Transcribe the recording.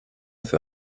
für